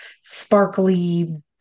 sparkly